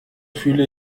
fühle